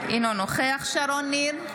ניר,